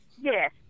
Yes